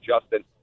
Justin